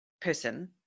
person